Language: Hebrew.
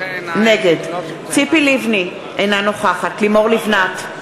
נגד ציפי לבני, אינה נוכחת לימור לבנת,